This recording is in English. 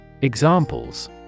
Examples